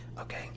Okay